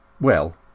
Well